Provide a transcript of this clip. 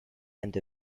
end